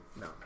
No